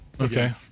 okay